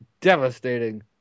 devastating